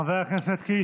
חבר הכנסת קיש.